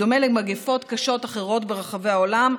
בדומה למגפות קשות אחרות ברחבי העולם,